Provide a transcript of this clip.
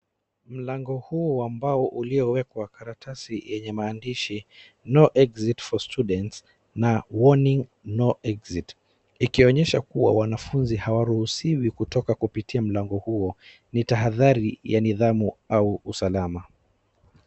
Mlango huu wambao uliyowekwa karatasi yenyemaandishi no exit for students na warning no exit .Ikionyesha kuwa wanafunzi hawaruhusiwi kutoka kupitia mlango huwo ni tahadhali ya nidhamu au usalama.